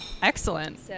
Excellent